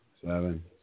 seven